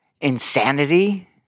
Insanity